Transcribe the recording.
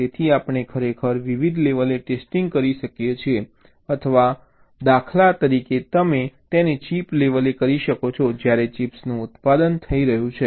તેથી આપણે ખરેખર વિવિધ લેવલે ટેસ્ટિંગ કરી શકીએ છીએ અથવા કરી શકીએ છીએ દાખલા તરીકે તમે તેને ચિપ લેવલે કરી શકો છો જ્યારે ચિપ્સનું ઉત્પાદન થઈ રહ્યું છે